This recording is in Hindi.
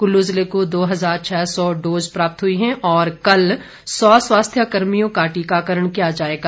कुल्लू जिले को दो हजार छः सौ डोज प्राप्त हुई हैं और कल सौ स्वास्थ्य कर्मियों का टीकाकरण किया जाएगा